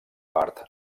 part